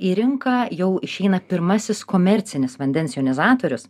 į rinką jau išeina pirmasis komercinis vandens jonizatorius